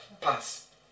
Pass